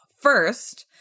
first